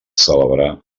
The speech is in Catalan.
celebrar